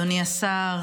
אדוני השר,